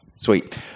Sweet